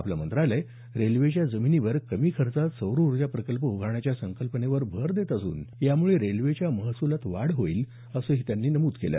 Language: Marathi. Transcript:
आपलं मंत्रालय रेल्वेच्या जमिनीवर कमी खर्चात सौरऊर्जा प्रकल्प उभारण्याच्या संकल्पनेवर भर देत असून यामुळे रेल्वेच्या महसुलात वाढ होईल असंही त्यांनी नमूद केलं